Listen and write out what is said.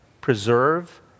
preserve